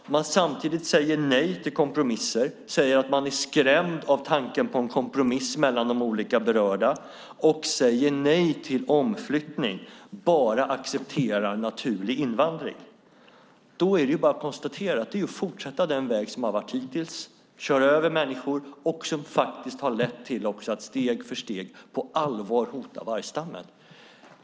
Om man samtidigt säger nej till kompromisser och är skrämd av tanken på en kompromiss mellan de olika berörda och säger nej till omflyttning och bara accepterar naturlig invandring, då är det bara att konstatera att det är att fortsätta på den väg - att köra över människor - som hittills faktiskt har lett till att steg för steg på allvar hota vargstammen.